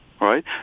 right